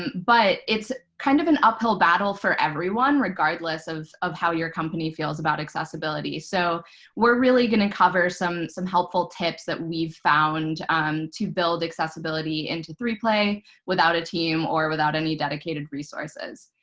but it's kind of an uphill battle for everyone, regardless of of how your company feels about accessibility. so we're really going to cover some some helpful tips that we've found to build accessibility into three play without a team or without any dedicated resources.